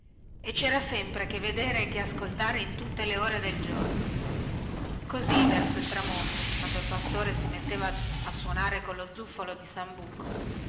e cera sempre che vedere e che ascoltare in tutte le ore del giorno così verso il tramonto quando il pastore si metteva a suonare collo zufolo di sambuco